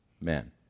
men